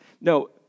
no